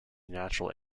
natural